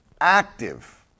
active